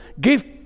give